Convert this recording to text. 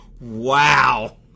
Wow